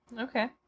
Okay